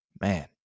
Man